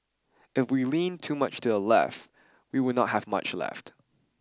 if we lean too much to the left we will not have much left